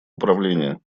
управления